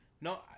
No